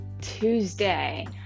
Tuesday